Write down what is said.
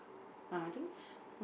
are those